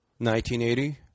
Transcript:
1980